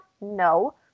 No